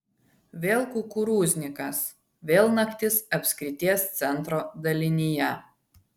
vėl kukurūznikas vėl naktis apskrities centro dalinyje